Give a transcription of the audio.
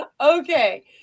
Okay